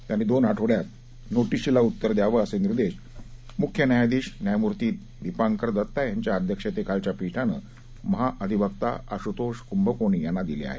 त्यांनी दोन आठवड्यात नोटीशीला उत्तर द्यावं असे निर्देश मुख्य न्यायाधीश न्यायमूर्ती दीपांकर दत्ता यांच्या अध्यक्षतेखालच्या पीठानं महाअधिवक्ता आशुतोष कुंभकोणी यांना दिले आहेत